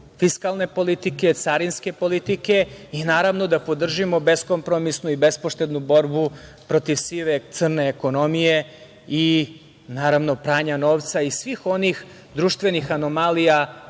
fiskalne politike, carinske politike i naravno da podržimo beskompromisnu i bespoštednu borbu protiv sive, crne ekonomije i naravno, pranja novca i svih onih društvenih anomalija